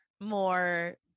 more